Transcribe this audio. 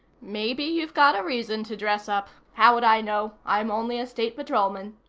maybe you've got a reason to dress up. how would i know? i'm only a state patrolman.